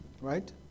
right